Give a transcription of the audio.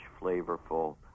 flavorful